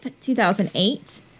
2008